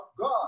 God